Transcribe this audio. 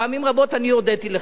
פעמים רבות אני הודיתי לך,